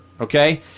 Okay